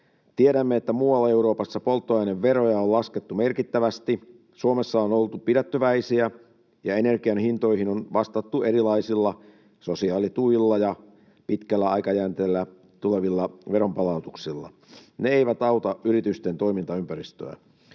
Tiedämme, että muualla Euroopassa polttoaineveroja on laskettu merkittävästi. Suomessa on oltu pidättyväisiä ja energian hintoihin on vastattu erilaisilla sosiaalituilla ja pitkällä aikajänteellä tulevilla veronpalautuksilla. Ne eivät auta yritysten toimintaympäristöä.